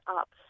up